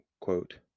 quote